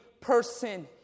person